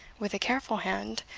with a careful hand,